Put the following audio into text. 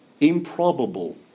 improbable